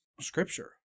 scripture